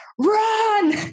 Run